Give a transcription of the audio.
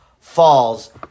falls